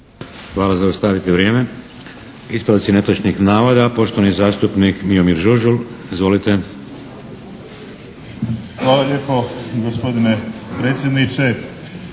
Hvala. Zaustavite vrijeme. Ispravci netočnih navoda, poštovani zastupnik Miomir Žužul. Izvolite! **Žužul, Miomir (HDZ)** Hvala lijepo gospodine predsjedniče.